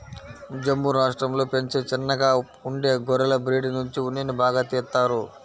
జమ్ము రాష్టంలో పెంచే చిన్నగా ఉండే గొర్రెల బ్రీడ్ నుంచి ఉన్నిని బాగా తీత్తారు